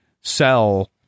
sell